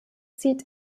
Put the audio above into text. sieht